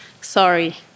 sorry